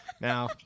Now